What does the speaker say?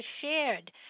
shared